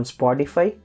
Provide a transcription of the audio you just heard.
Spotify